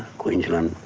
queensland,